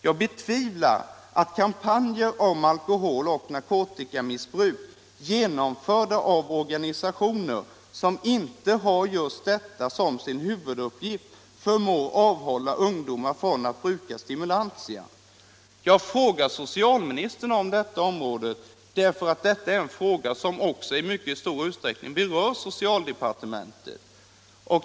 Jag betvivlar att kampanjer om alkoholoch narkotikamissbruk, genomförda av organisationer som inte har just detta som sin huvuduppgift, förmår avhålla ungdomar från att bruka stimulantia.” Jag har frågat socialministern om detta, därför att den här saken också i mycket stor utsträckning berör socialdepartementet.